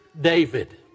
David